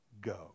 go